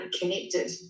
connected